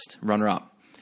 runner-up